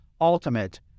ultimate